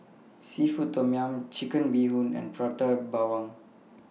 Seafood Tom Yum Chicken Bee Hoon and Prata Bawang